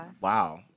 Wow